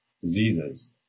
diseases